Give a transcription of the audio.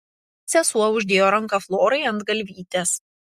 sesuo uždėjo ranką florai ant galvytės